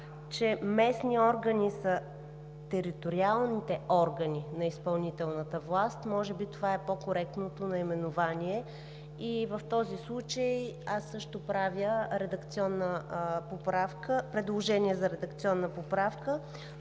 че местни органи са териториалните органи на изпълнителната власт, може би това е по-коректното наименование и в този случай аз също правя предложение за редакционна поправка